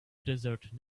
desert